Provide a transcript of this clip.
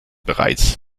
bereits